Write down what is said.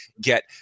get